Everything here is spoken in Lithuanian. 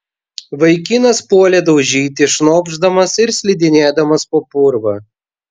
vaikinas puolė daužyti šnopšdamas ir slidinėdamas po purvą